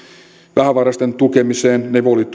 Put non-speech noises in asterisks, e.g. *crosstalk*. vähävaraisten tukemiseen ne voivat *unintelligible*